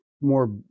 more